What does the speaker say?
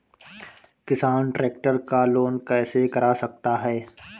किसान ट्रैक्टर का लोन कैसे करा सकता है?